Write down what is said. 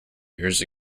years